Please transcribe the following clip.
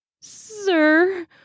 Sir